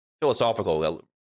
philosophical